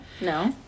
No